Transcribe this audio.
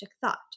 thought